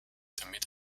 damit